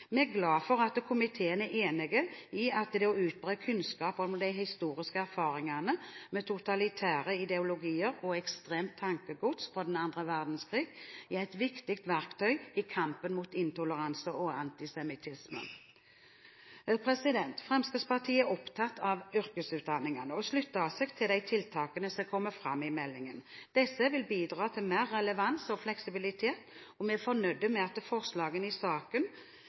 Vi er glade for at komiteen er enig i at det å utbre kunnskap om de historiske erfaringene med totalitære ideologier og ekstremt tankegods fra annen verdenskrig er et viktig verktøy i kampen mot intoleranse og antisemittisme. Fremskrittspartiet er opptatt av yrkesutdanningene og slutter seg til de tiltakene som kommer fram i meldingen. Disse vil bidra til mer relevans og fleksibilitet. Vi er fornøyd med at forslagene i saken